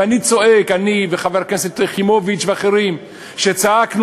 ואני וחברת הכנסת יחימוביץ ואחרים צעקנו